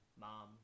Mom